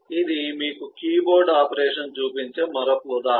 ఇది మీకు keyboard operation చూపించే మరొక ఉదాహరణ